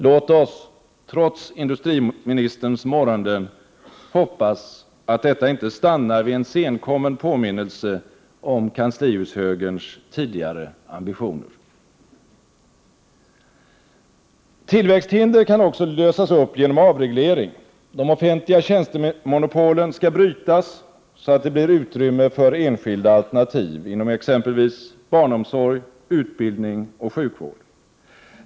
Låt oss trots industriministerns morranden hoppas att detta inte stannar vid en senkommen påminnelse om kanslihushögerns tidigare ambitioner. Tillväxthinder kan också lösas upp genom avreglering. De offentliga tjänstemonopolen skall brytas, så att det blir utrymme för enskilda alternativ inom exempelvis barnomsorg, utbildning och sjukvård.